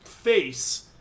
face